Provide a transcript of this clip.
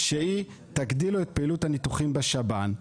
הגדלת פעילות הניתוחים בשב"ן,